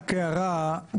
הערה.